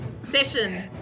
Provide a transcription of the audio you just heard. session